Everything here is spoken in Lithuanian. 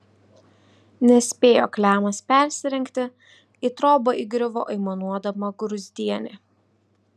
nespėjo klemas persirengti į trobą įgriuvo aimanuodama gruzdienė